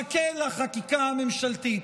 תחכה לחקיקה ממשלתית,